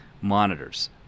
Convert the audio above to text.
monitors